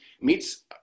meets